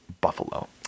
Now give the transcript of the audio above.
buffalo